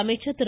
அமைச்சர் திரு